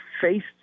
faced